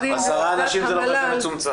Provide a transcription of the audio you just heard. עשרה אנשים זה לא כל כך מצומצם.